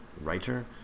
writer